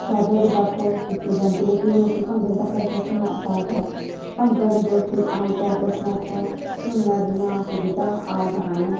ਸਾਜਾਂ ਦੀ ਵਰਤੋਂ ਕੀਤੀ ਜਾਂਦੀ ਹੈ ਜਿਵੇਂ ਕਿ ਭੰਗੜੇ ਦਾ ਪ੍ਰਮੁੱਖ ਨਾ ਸਾਜ ਹੈ ਭੰਗੜੇ ਦੇ ਕੁਝ ਆਮ ਤੌਰ 'ਤੇ ਸਟੈਪ ਝੂਮਰ ਨਾਚ ਗਿੱਧਾ ਆਦਿ ਹਨ